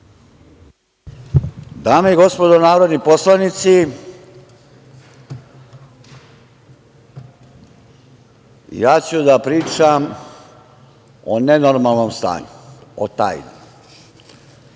Dame i gospodo narodni poslanici, ja ću da pričam o nenormalnom stanju, o tajnama.